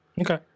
okay